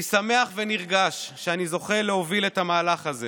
אני שמח ונרגש שאני זוכה להוביל את המהלך הזה